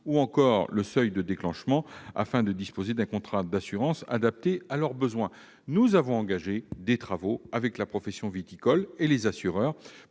encore le seuil de déclenchement, afin de disposer d'un contrat d'assurance adapté à leurs besoins. Nous avons engagé des travaux avec la profession viticole et les assureurs